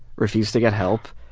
refused to get help,